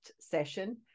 session